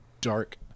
dark